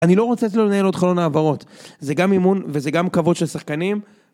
אני לא רוצה שלא לנהל עוד חלון העברות, זה גם אימון וזה גם כבוד של שחקנים.